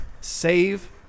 save